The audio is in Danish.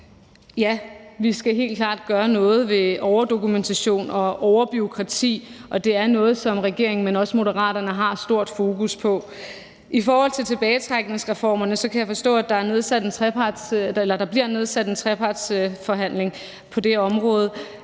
Ja, vi skal helt klart gøre noget ved overdokumentation og overbureaukrati, og det er noget, som regeringen, men også Moderaterne har stort fokus på. I forhold til tilbagetrækningsreformerne kan jeg forstå, at der bliver igangsat en trepartsforhandling på det område.